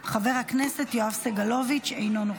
חבר הכנסת יואב סגלוביץ' אינו נוכח.